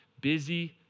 busy